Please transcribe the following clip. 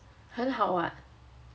很好 [what]